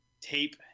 tape